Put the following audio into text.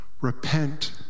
Repent